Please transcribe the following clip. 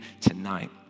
tonight